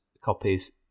copies